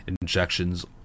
injections